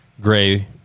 gray